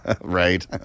Right